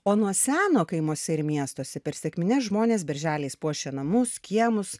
o nuo seno kaimuose ir miestuose per sekmines žmonės berželiais puošė namus kiemus